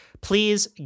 Please